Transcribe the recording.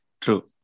True